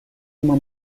uma